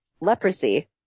leprosy